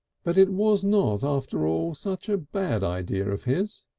but it was not, after all, such a bad idea of his.